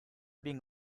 being